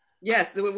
Yes